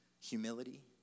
humility